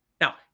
Now